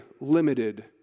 limited